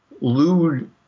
lewd